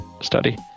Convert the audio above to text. study